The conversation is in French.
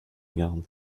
garde